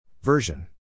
Version